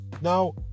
Now